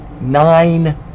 Nine